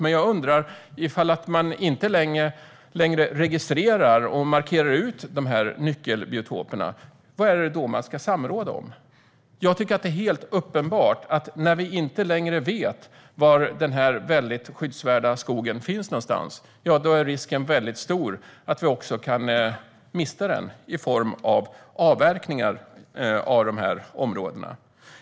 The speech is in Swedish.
Om de här nyckelbiotoperna inte längre registreras och markeras ut, vad är det då man ska samråda om? Jag tycker att det är helt uppenbart att när vi inte längre vet var den här väldigt skyddsvärda skogen finns någonstans är risken stor att vi kan mista den i form av avverkningar av de här områdena.